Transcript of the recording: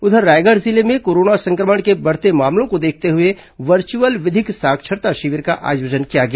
उधर रायगढ़ जिले में कोरोना संक्रमण के बढ़ते मामलों को देखते हुए वर्चुअल विधिक साक्षरता शिविर का आयोजन किया गया